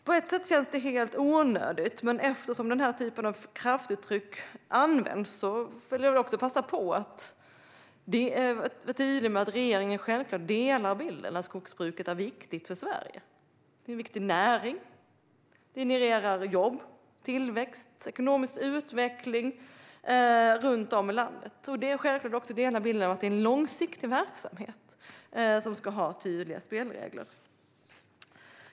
På ett sätt känns det helt onödigt att påpeka det, men eftersom den här typen av kraftuttryck används vill jag passa på att säga att regeringen självklart delar bilden av att skogsbruket är viktigt för Sverige. Det är en viktig näring som genererar jobb, tillväxt och ekonomisk utveckling runt om i landet. Regeringen delar självklart också bilden av att det är en långsiktig verksamhet som ska ha tydliga spelregler.